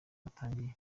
batangiye